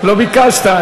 לא ביקשת.